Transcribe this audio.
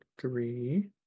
three